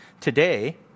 today